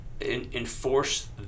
Enforce